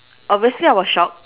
obviously I was shock